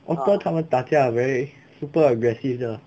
otter 他们打架 very super aggressive 的